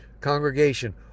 congregation